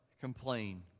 complain